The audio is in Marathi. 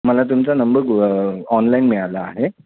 मला तुमचा नंबर गु ऑनलाईन मिळाला आहे